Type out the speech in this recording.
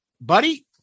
Buddy